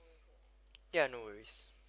ya no worries